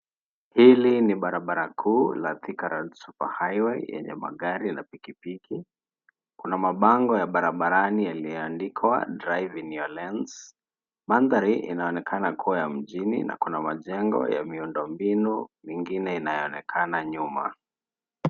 Hili ni barabara kuu la Thika Road Superhighway, lenye magari na pikipiki. Kuna mabango ya barabarani yaliyoandikwa, drive in your lanes . Mandhari inaonekana kua ya mjini na kuna majengo ya miundo mbinu, mingine inayoonekana nyuma.